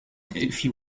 delphi